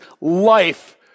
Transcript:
life